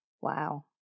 Wow